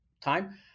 time